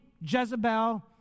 Jezebel